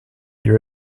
your